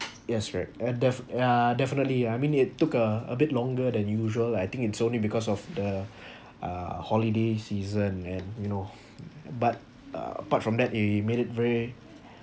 yes correct and def~ uh definitely yeah I mean it took uh a bit longer than usual I think it's only because of the uh holiday season and you know but uh apart from that he made it very